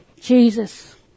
Jesus